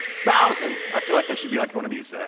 thousand i feel like i should be like one of these.